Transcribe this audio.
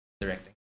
directing